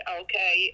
okay